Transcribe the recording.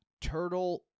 Turtle